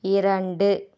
இரண்டு